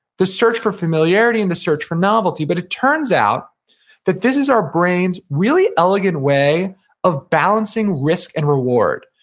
the search for familiarity, and the search for novelty, but it turns out that this is our brains' really elegant way of balancing risk and reward,